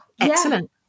excellent